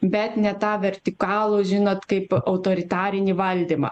bet ne tą vertikalų žinot kaip autoritarinį valdymą